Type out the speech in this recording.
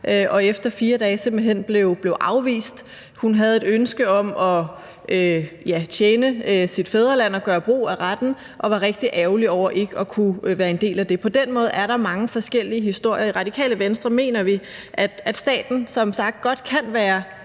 og efter 4 dage simpelt hen blev afvist. Hun havde et ønske om at tjene sit fædreland og gøre brug af den ret og var rigtig ærgerlig over ikke at kunne være en del af det. På den måde er der mange forskellige historier. I Radikale Venstre mener vi, at staten som sagt godt kan være